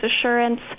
assurance